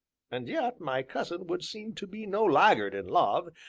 and yet my cousin would seem to be no laggard in love,